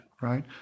Right